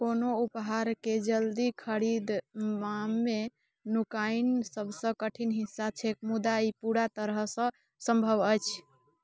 कोनो उपहारके जल्दी खरिदबामे नुकाइन सबसँ कठिन हिस्सा छै मुदा ई पूरा तरहसँ सम्भव अछि